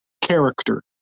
character